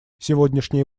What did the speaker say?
сегодняшние